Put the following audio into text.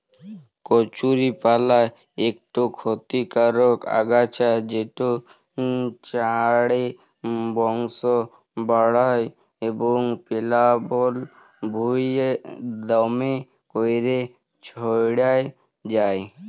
কচুরিপালা ইকট খতিকারক আগাছা যেট চাঁড়ে বংশ বাঢ়হায় এবং পেলাবল ভুঁইয়ে দ্যমে ক্যইরে ছইড়াই যায়